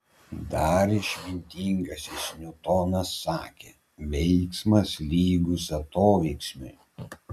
dar išmintingasis niutonas sakė veiksmas lygus atoveiksmiui